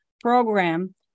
program